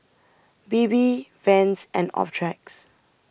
Bebe Vans and Optrex